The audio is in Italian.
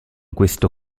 questo